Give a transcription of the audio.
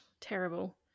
Terrible